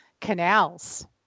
canals